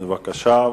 בבקשה.